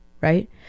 right